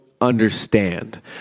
understand